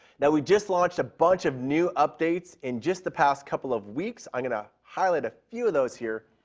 yeah we just launched a bunch of new updates in just the past couple of weeks. i'm going to highlight a few of those here.